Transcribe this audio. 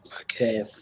Okay